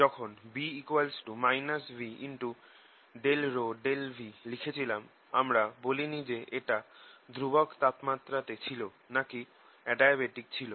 যখন B v∂p∂v লিখেছিলাম আমরা বলি নি যে এটা ধ্রুবক তাপমাত্রা তে ছিল নাকি এডিয়াবেটিক ছিল